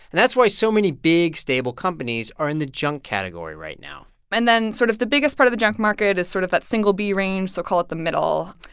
and that's why so many big, stable companies are in the junk category right now and then sort of the biggest part of the junk market is sort of that b range so call it the middle.